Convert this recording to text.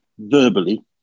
verbally